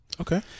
Okay